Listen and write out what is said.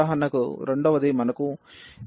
ఉదాహరణకు రెండవది మనకు 0sin x dx ఉంది